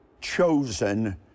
chosen